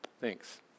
Thanks